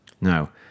Now